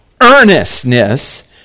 earnestness